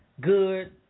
good